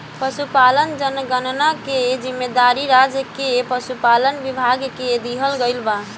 पसुपालन जनगणना के जिम्मेवारी राज्य के पसुपालन विभाग के दिहल गइल बा